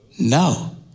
No